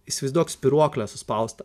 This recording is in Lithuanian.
įsivaizduok spyruoklę suspaustą